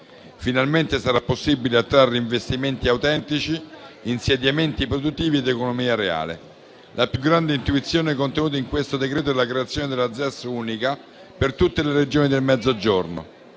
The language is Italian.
Finalmente sarà possibile attrarre investimenti autentici, insediamenti produttivi ed economia reale. La più grande intuizione contenuta in questo decreto è la creazione della ZES unica per tutte le Regioni del Mezzogiorno: